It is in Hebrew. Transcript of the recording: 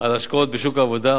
על השקעות בשוק העבודה,